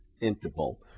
interval